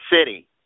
city